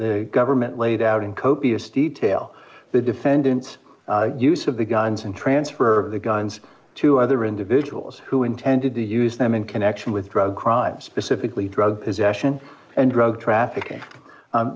government laid out in copious detail the defendant's use of the guns and transfer of the guns to other individuals who intended to use them in connection with drug crimes specifically drug possession and drug trafficking